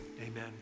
amen